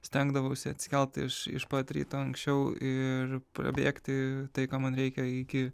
stengdavausi atsikelt iš iš pat ryto anksčiau ir prabėgti tai ko man reikia iki